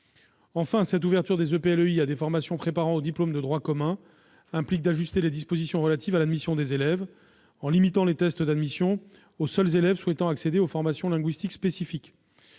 Enfin, cette ouverture des EPLEI à des formations préparant aux diplômes de droit commun implique d'ajuster les dispositions relatives à l'admission des élèves, en limitant les tests d'admission aux seuls élèves souhaitant accéder aux formations linguistiques spécifiques.